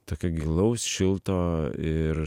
tokio gilaus šilto ir